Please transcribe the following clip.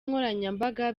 nkoranyambaga